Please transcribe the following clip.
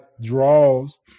draws